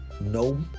no